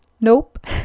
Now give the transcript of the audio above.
Nope